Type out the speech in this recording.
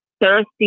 thirsty